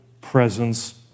presence